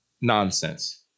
nonsense